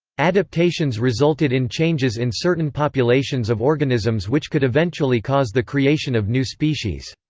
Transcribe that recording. adaptations resulted in changes in certain populations of organisms which could eventually cause the creation of new species.